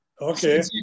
Okay